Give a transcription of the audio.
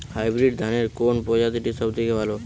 Hybrid ধানের কোন প্রজীতিটি সবথেকে ভালো?